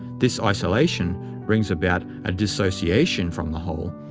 this isolation brings about a disassociation from the whole,